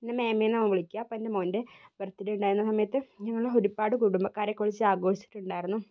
എന്നെ മെമേന്നാണ് അവൻ വിളിക്കുക അപ്പോൾ എൻറെ മോൻ്റെ ബെർത്ത്ഡേ ഉണ്ടായിരുന്ന സമയത്ത് ഞങ്ങള് ഒരുപാട് കുടുംബക്കാരെയൊക്കെ വിളിച്ച് ആഘോഷിചിട്ടുണ്ടായിരുന്നു